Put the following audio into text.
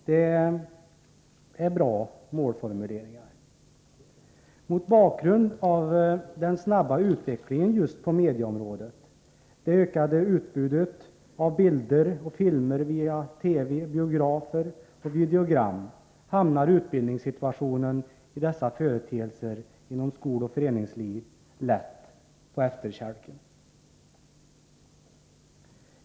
Det är goda målformuleringar. Mot bakgrund av den snabba utvecklingen just på mediaområdet, det ökade utbudet av bilder och filmer via TV, biografer och videogram hamnar utbildningssituationen i dessa företeelser, inom skoloch föreningsliv, lätt på efterkälken.